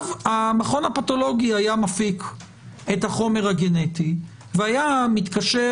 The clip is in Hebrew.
המכון הפתולוגי היה מפיק את החומר הגנטי והיה מתקשר